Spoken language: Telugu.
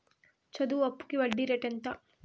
చదువు అప్పుకి వడ్డీ రేటు ఎంత?